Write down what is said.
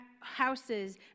houses